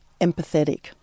empathetic